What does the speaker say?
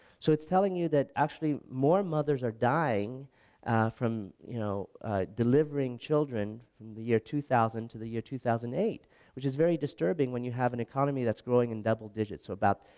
so it's telling you that actually more mothers are dying from you know delivering children from the year two thousand to the year two thousand and eight which is very disturbing when you have an economy that's growing in double digits so about,